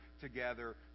together